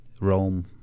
Rome